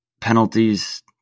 penalties